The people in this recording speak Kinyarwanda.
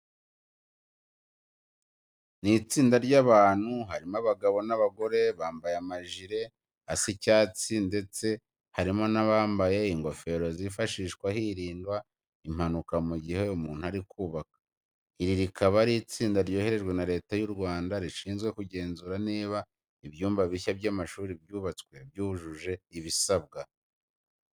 Ni itsinda ry'abantu harimo abagabo n'abagore, bambaye amajire asa icyatsi ndetse harimo n'abambaye ingofero zifashishwa hirindwa impanuka mu gihe umuntu ari kubaka. Iri rikaba ari itsinda ryoherejwe na Leta y'u Rwanda rishinzwe kugenzura niba ibyumba bishya by'amashuri byubatswe byujuje ibisabwa.